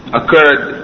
occurred